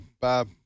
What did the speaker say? Bob